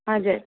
हजुर